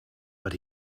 but